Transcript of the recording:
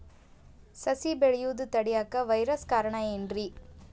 ಸಸಿ ಬೆಳೆಯುದ ತಡಿಯಾಕ ವೈರಸ್ ಕಾರಣ ಏನ್ರಿ?